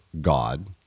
God